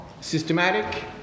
systematic